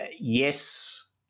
yes